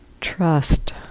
Trust